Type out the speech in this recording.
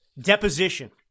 deposition